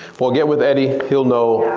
we'll get with eddy, he'll know.